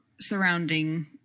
surrounding